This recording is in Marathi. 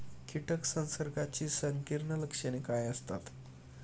कीटक संसर्गाची संकीर्ण लक्षणे काय असतात?